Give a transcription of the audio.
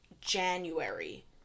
January